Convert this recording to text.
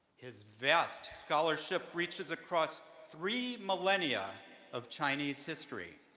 his vast scholarship reaches across three millennia of chinese history.